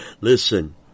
Listen